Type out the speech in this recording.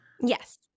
Yes